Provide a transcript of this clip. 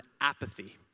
apathy